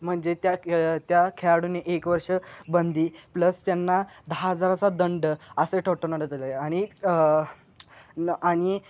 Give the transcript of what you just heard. म्हणजे त्या त्या खेळाडूने एक वर्ष बंदी प्लस त्यांना दहा हजाराचा दंड असे ठोठवण्यात आले आणि न आणि